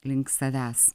link savęs